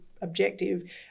objective